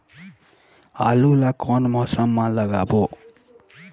आलू ला कोन मौसम मा लगाबो?